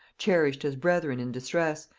cherished as brethren in distress,